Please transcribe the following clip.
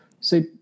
see